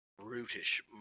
brutish